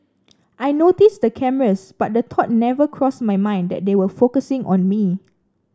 I noticed the cameras but the thought never crossed my mind that they were focusing on me